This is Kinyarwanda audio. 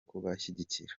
kubashyigikira